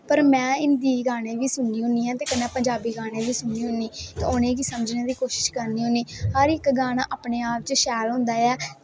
पर में हिन्दी गाने बी सुननी होनीं ऐं ते कनैं पंजाबी गाने बी सुननी होनी ते उनेंगी समझने दी कोशिश करनी होन्नी हर इक गाना अपने आप च शैल होंदा ऐ जो